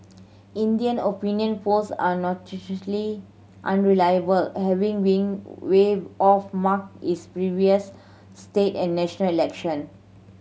India opinion polls are unreliable having been way off mark is previous state and national election